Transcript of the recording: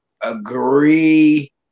agree